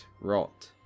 Rot